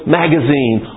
magazine